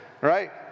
right